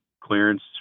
clearance